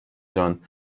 جان